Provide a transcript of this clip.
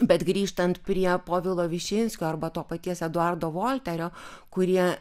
bet grįžtant prie povilo višinskio arba to paties eduardo volterio kurie